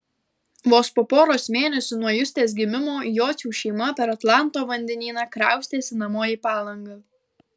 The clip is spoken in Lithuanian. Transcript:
vos po poros mėnesių nuo justės gimimo jocių šeima per atlanto vandenyną kraustėsi namo į palangą